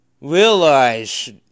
realize